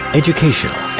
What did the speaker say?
educational